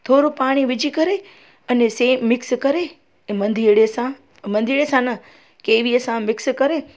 थोरो पाणी विझी करे अने से मिक्स करे ऐं मंदिड़े सां मंदिड़े सां न केवीअ सां मिक्स करे